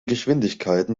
geschwindigkeiten